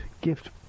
gift